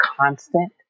constant